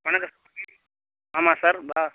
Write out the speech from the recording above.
வணக்கம் சார் ஆமாம் சார் ப